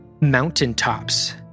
mountaintops